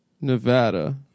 Nevada